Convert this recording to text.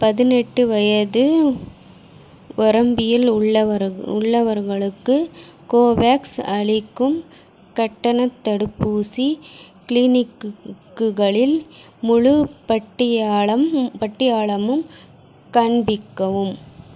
பதினெட்டு வயது வரம்பில் உள்ளவர்கள் உள்ளவர்களுக்கு கோவேக்ஸ் அளிக்கும் கட்டணத் தடுப்பூசி கிளினிக்குகளில் முழுப் பட்டியாலம் பட்டியாலமும் காண்பிக்கவும்